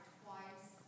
twice